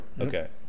Okay